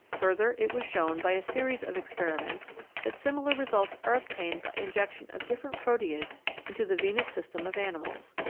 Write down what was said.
further, it was shown by a series of experiments that similar results are obtained by injection of different proteids into the venous system of animals.